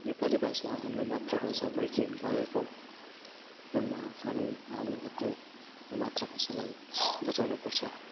नेपाली भाषा हाम्रो मात्रृ भाषा भएको भएको हामी हाम्रो आफ्नो मात्रृ भाषालाई बचाउनु पर्छ